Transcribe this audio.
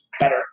better